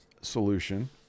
solution